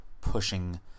pushing